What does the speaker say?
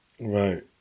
Right